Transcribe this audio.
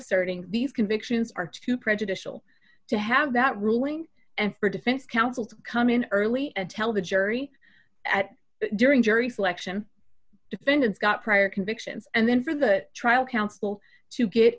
asserting these convictions are too prejudicial to have that ruling and for defense counsel to come in early and tell the jury at during jury selection defendants got prior convictions and then for the trial counsel to get